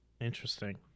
Interesting